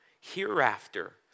hereafter